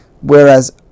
Whereas